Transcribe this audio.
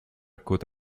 côte